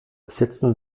setzten